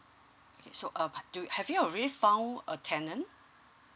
okay so uh do you have you already found a tenant